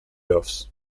offs